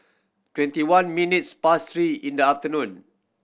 twenty one minutes past three in the afternoon